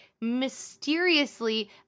mysteriously